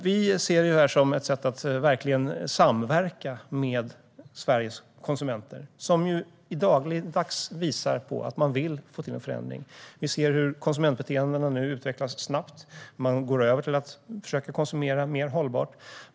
Vi ser detta som ett sätt att verkligen samverka med Sveriges konsumenter, som ju dagligdags visar att de vill få till en förändring. Vi ser hur konsumentbeteendena nu utvecklas snabbt. Man går över till att försöka konsumera mer hållbart.